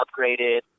upgraded